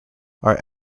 our